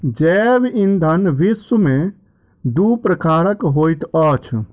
जैव ईंधन विश्व में दू प्रकारक होइत अछि